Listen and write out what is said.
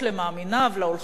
להולכים בדרכו,